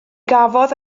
gafodd